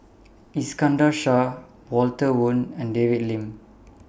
Iskandar Shah Walter Woon and David Lim